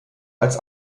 als